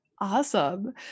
Awesome